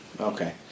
Okay